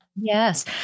Yes